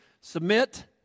submit